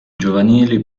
giovanili